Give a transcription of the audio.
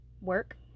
work